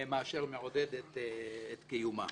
מאשר לעודד את קיומם.